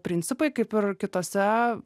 principai kaip ir kitose